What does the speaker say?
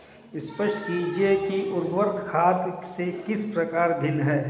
स्पष्ट कीजिए कि उर्वरक खाद से किस प्रकार भिन्न है?